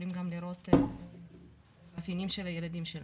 יכולים גם לראות את המאפיינים של הילדים שלהם.